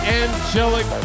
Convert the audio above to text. angelic